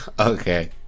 okay